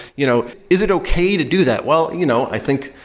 you know is it okay to do that? well, you know i think,